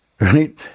right